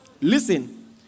Listen